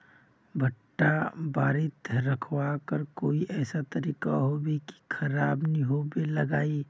भुट्टा बारित रखवार कोई ऐसा तरीका होबे की खराब नि होबे लगाई?